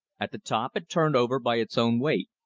at the top it turned over by its own weight.